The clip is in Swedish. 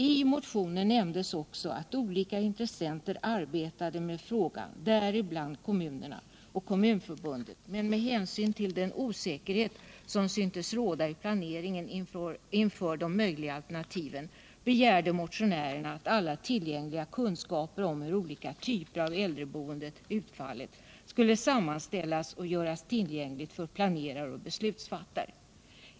I motionen nämndes också att olika intressenter har arbetat med frågan, däribland kommunerna och Kommunförbundet, men med hänsyn till den osäkerhet som synes råda i planeringen inför de möjliga alternativen begärde motionärerna att alla tillgängliga kunskaper om hur olika typer av äldreboendet hade utfallit skulle sammanställas och göras tillgängliga för planerare och beslutsfattare.